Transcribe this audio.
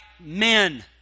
men